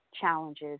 challenges